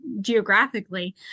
geographically